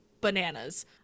bananas